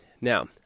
Now